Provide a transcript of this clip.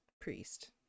Priest